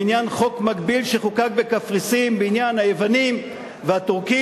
בעניין חוק מקביל שחוקק בקפריסין בעניין היוונים והטורקים,